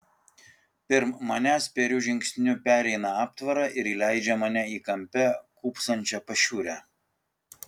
pirm manęs spėriu žingsniu pereina aptvarą ir įleidžia mane į kampe kūpsančią pašiūrę